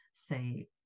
Say